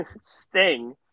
Sting